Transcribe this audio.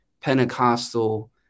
Pentecostal